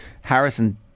Harrison